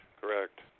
correct